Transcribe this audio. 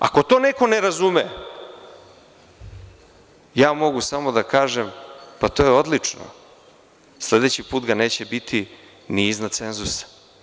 Ako to neko ne razume, ja mogu samo da kažem – pa to je odlično, sledeći put ga neće biti ni iznad cenzusa.